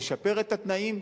נשפר את התנאים,